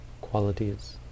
qualities